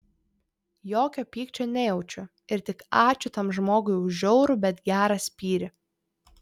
jokio pykčio nejaučiu ir tik ačiū tam žmogui už žiaurų bet gerą spyrį